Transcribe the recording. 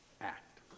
Act